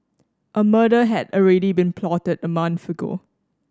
a murder had already been plotted a month ago